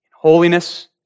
Holiness